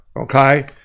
okay